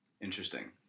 interesting